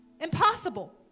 Impossible